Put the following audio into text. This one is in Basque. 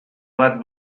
bat